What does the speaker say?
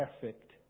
perfect